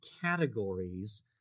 categories